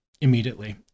immediately